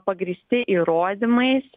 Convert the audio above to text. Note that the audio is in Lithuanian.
pagrįsti įrodymais